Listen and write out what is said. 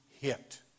hit